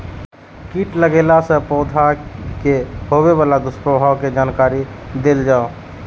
कीट लगेला से पौधा के होबे वाला दुष्प्रभाव के जानकारी देल जाऊ?